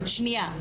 שניה,